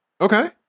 Okay